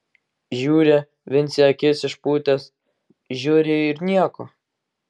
žiūri vincė akis išpūtęs žiūri ir nieko